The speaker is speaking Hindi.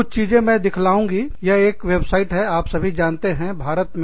कुछ चीजेंमैं आपको ये सब वेबसाइट दिखलाऊँगी यह वेबसाइट एक और ये सभी आप जानते हैं भारत में